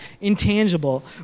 intangible